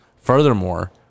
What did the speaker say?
Furthermore